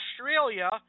Australia